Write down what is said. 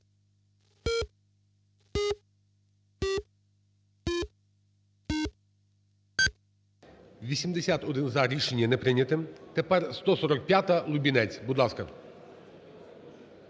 За-81 Рішення не прийнято. Тепер 145-а, Лубінець. Будь ласка.